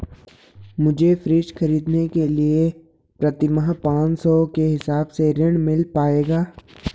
मुझे फ्रीज खरीदने के लिए प्रति माह पाँच सौ के हिसाब से ऋण मिल पाएगा?